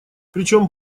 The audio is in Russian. причём